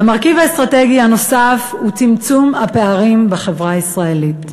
המרכיב האסטרטגי הנוסף הוא צמצום הפערים בחברה הישראלית.